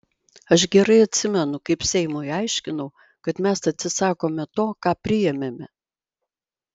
aš gerai atsimenu kaip seimui aiškinau kad mes atsisakome to ką priėmėme